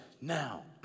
now